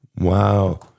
Wow